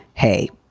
hey,